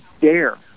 dare